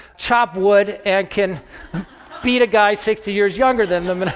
chop wood, and can beat a guy sixty years younger than them.